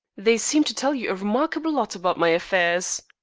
they seem to tell you a remarkable lot about my affairs.